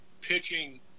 pitching